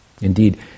Indeed